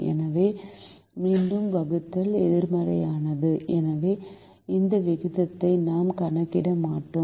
எனவே மீண்டும் வகுத்தல் எதிர்மறையானது எனவே இந்த விகிதத்தை நாம் கணக்கிட மாட்டோம்